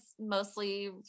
mostly